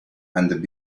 and